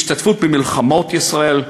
השתתפות במלחמות ישראל,